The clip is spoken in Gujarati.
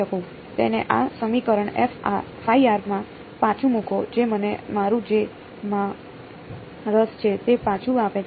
તેને આ સમીકરણ માં પાછું મૂકો જે મને મારું જે માં રસ છે તે પાછું આપે છે